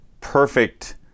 perfect